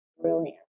brilliant